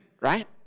right